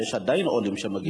יש עדיין עולים שמגיעים,